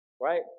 Right